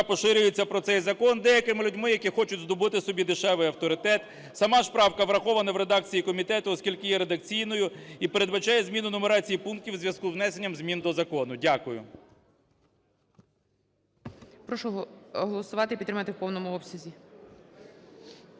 поширюється про цей закон деякими людьми, які хочуть здобути собі дешевий авторитет. Сама ж правка врахована в редакції комітету, оскільки є редакційною і передбачає зміну нумерації пунктів у зв'язку з внесенням змін до закону. Дякую.